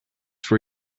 for